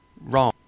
wrong